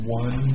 one